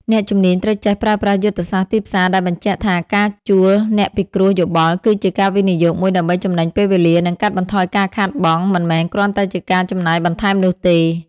អ្នកជំនាញត្រូវចេះប្រើប្រាស់យុទ្ធសាស្ត្រទីផ្សារដែលបញ្ជាក់ថា ការជួលអ្នកពិគ្រោះយោបល់គឺជាការវិនិយោគមួយដើម្បីចំណេញពេលវេលា និងកាត់បន្ថយការខាតបង់ មិនមែនគ្រាន់តែជាការចំណាយបន្ថែមនោះទេ។